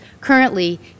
currently